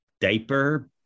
diaper